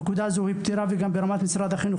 גם ברמת משרד החינוך,